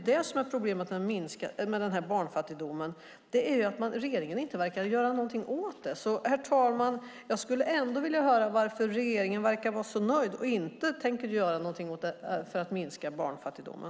Men regeringen verkar inte vilja göra något åt barnfattigdomen. Herr talman! Jag skulle vilja höra varför regeringen verkar så nöjd och inte tänker göra något för att minska barnfattigdomen.